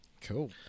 cool